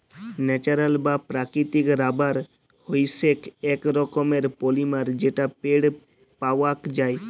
natural বা প্রাকৃতিক rubber হইসেক এক রকমের পলিমার যেটা পেড় পাওয়াক যায়